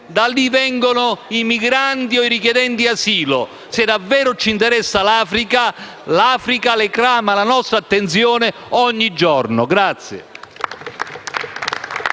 da lì vengono i migranti e i richiedenti asilo. Se davvero ci interessa l'Africa, l'Africa reclama la nostra attenzione ogni giorno*.